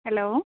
hello